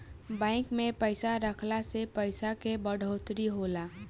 bank में पइसा रखला से पइसा के बढ़ोतरी होला